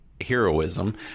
heroism